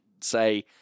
say